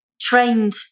trained